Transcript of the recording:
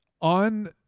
on